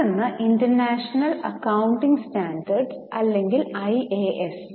മറ്റൊന്ന് international accounting standards അല്ലെങ്കിൽ IAS